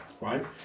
Right